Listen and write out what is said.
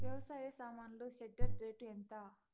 వ్యవసాయ సామాన్లు shredder rate ఎంత?